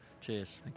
Cheers